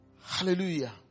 Hallelujah